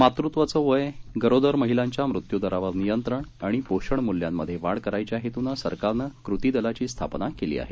मातुत्वाचं वय गरोदर महिलांच्या मृत्युदरावर नियंत्रण आणि पोषण मूल्यांमध्ये वाढ करायच्या हेतूनं सरकारनं कृती दलाची स्थापना केली आहे